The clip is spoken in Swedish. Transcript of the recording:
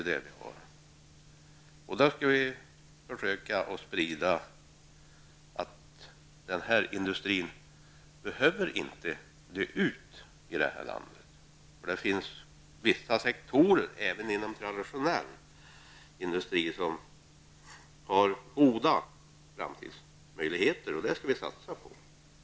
Vi skall därför försöka att sprida det budskapet att den här industrin inte behöver dö ut i vårt land. Det finns vissa sektorer även inom traditionell industri som har goda framtidsmöjligheter, och dem skall vi satsa på.